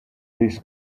this